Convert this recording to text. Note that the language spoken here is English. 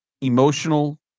emotional